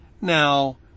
Now